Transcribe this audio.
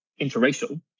interracial